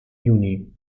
juni